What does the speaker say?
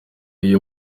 iyo